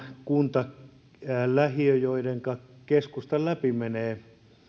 kunnan lähiön suhteen joidenka keskustan läpi menee